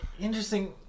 interesting